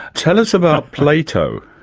tell us about plato.